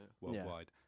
worldwide